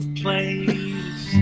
place